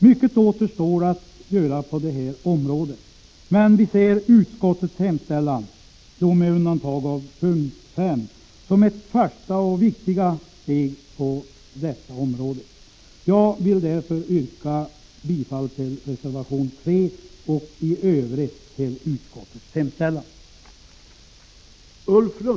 Mycket återstår att göra på det här området, men vi ser hemställan i jordbruksutskottets betänkande 11, med undantag av hemställan i mom. 5, som ett första och viktigt steg på detta område. Jag vill yrka bifall till reservation 3 och i övrigt till utskottets hemställan.